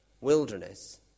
wilderness